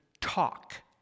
talk